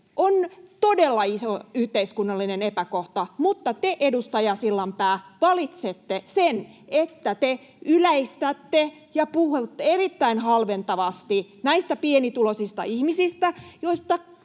on todella iso yhteiskunnallinen epäkohta, mutta te, edustaja Sillanpää, valitsette sen, että te yleistätte ja puhutte erittäin halventavasti näistä pienituloisista ihmisistä, joista